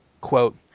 Quote